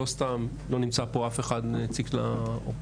לא סתם לא נמצא פה אף נציג של הקואליציה.